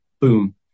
boom